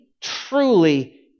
truly